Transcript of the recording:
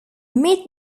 mid